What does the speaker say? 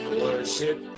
worship